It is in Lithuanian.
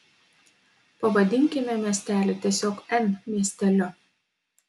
pavadinkime miestelį tiesiog n miesteliu